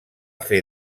fer